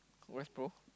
congrats bro